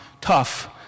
tough